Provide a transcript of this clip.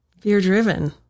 fear-driven